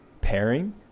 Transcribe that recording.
pairing